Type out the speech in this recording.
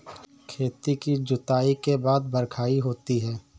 खेती की जुताई के बाद बख्राई होती हैं?